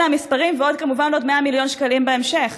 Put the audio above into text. אלה המספרים, וכמובן עוד 100 מיליון שקלים בהמשך.